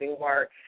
work